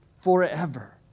forever